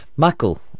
Michael